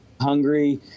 hungry